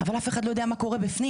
אבל אף אחד לא יודע מה קורה בפנים.